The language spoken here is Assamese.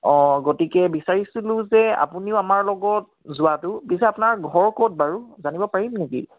অঁ গতিকে বিচাৰিছিলোঁ যে আপুনিও আমাৰ লগত যোৱাটো পিছে আপোনাৰ ঘৰ ক'ত বাৰু জানিব পাৰিম নেকি